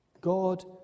God